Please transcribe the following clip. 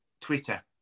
Twitter